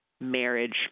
marriage